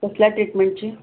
कसल्या ट्रीटमेंटची